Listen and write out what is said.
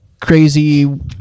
crazy